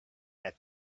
had